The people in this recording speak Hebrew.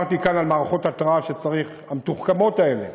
אמרתי כאן שצריך מערכות התרעה, מהמתוחכמות האלה,